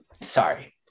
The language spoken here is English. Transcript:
sorry